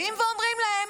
באים ואומרים להם: